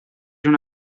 una